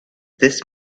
this